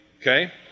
okay